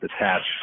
attached